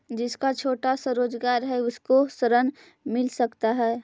जिसका छोटा सा रोजगार है उसको ऋण मिल सकता है?